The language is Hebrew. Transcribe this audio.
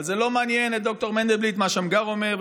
אבל לא מעניין את ד"ר מנדלבליט מה שמגר אומר,